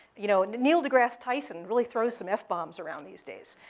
you know, neil degrasse tyson really throws some f-bombs around these days,